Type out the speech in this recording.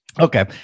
Okay